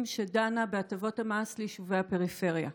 שדנה בהטבות המס ליישובי הפריפריה.